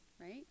right